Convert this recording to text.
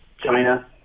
China